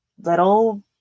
little